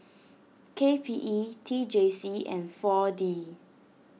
K P E T J C and four D